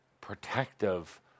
protective